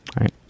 right